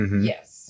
Yes